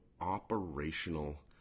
operational